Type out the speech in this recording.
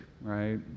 right